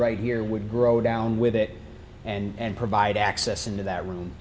right here would grow down with it and provide access into that room